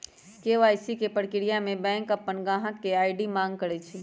KYC के परक्रिया में बैंक अपन गाहक से आई.डी मांग करई छई